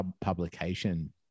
publication